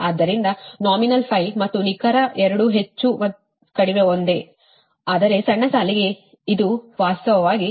ಆದ್ದರಿಂದ ನಾಮಿನಲ್ ಮತ್ತು ನಿಖರ ಎರಡೂ ಹೆಚ್ಚು ಅಥವಾ ಕಡಿಮೆ ಒಂದೇ ಆದರೆ ಸಣ್ಣ ಸಾಲಿಗೆ ನಿಮ್ಮ ಇದು ವಾಸ್ತವವಾಗಿ ಸಣ್ಣ ಸಾಲಿಗೆ 235